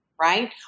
right